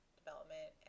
development